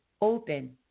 open